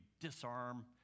disarm